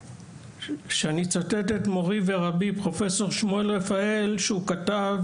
ואני אצטט את מורי ורבי פרופסור שמואל רפאל שכתב